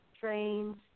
trains